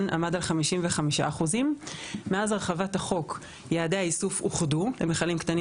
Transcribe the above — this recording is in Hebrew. עמד על 55%. מאז הרחבת החוק יעדי האיסוף אוחדו למכלים קטנים